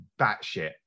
batshit